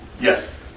yes